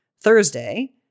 Thursday